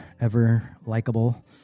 ever-likable